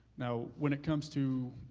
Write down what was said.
now, when it comes to,